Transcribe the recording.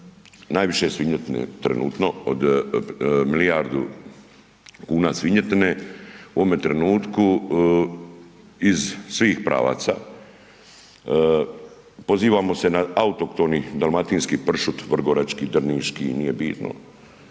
najviše svinjetine trenutno od milijardu kuna svinjetine u ovome trenutku iz svih pravaca, pozivamo se na autohtoni dalmatinski pršut, vrgorački, drniški nije bitno,